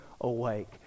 awake